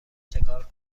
چکار